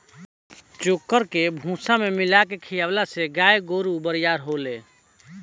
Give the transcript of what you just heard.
चोकर के भूसा में मिला के खिआवला से गाय गोरु बरियार होले